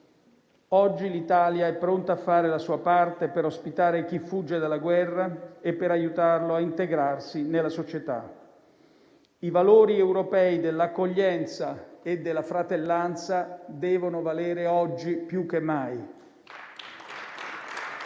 Oggi l'Italia è pronta a fare la sua parte per ospitare chi fugge dalla guerra e per aiutarli a integrarsi nella società. I valori europei dell'accoglienza e della fratellanza devono valere oggi più che mai.